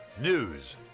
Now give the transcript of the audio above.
News